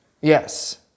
Yes